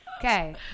Okay